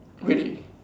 really